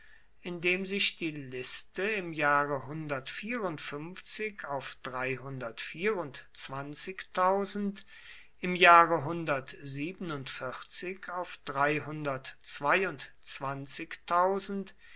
indem sich die liste im jahre auf im jahre auf